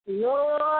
Lord